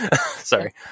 Sorry